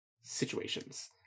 situations